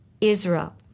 Israel